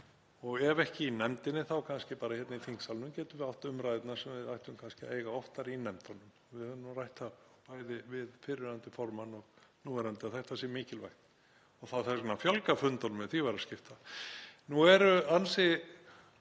Ef ekki í nefndinni þá kannski bara hérna í þingsalnum getum við átt umræðurnar sem við ættum kannski að eiga oftar í nefndunum. Við höfum rætt það bæði við fyrrverandi formann og núverandi að þetta sé mikilvægt og þá þess vegna að fjölga fundunum ef því væri að skipta. Nú eru ansi